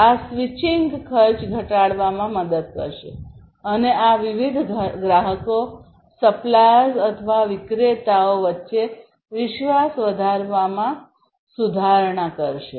આ સ્વિચિંગ ખર્ચ ઘટાડવામાં મદદ કરશે અને આ વિવિધ ગ્રાહકો સપ્લાયર્સ અથવા વિક્રેતાઓ વચ્ચે વિશ્વાસ વધારવામાં સુધારણા કરશે